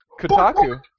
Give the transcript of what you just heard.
Kotaku